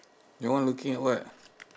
your one looking at what